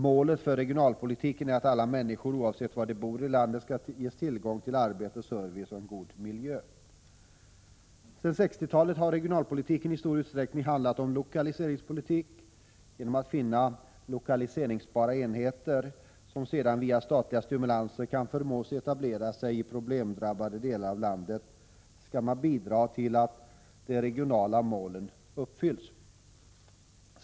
Målet för regionalpolitiken är att alla människor oavsett var de bor i landet skall ges tillgång till arbete, service och god miljö. Sedan 1960-talet har regionalpolitiken i stor utsträckning handlat om lokaliseringspolitik: Genom att finna ”lokaliseringsbara enheter”, som sedan via statliga stimulanser kan förmås etablera sig i problemdrabbade delar av landet, skall man bidra till att de regionala målen uppfylls.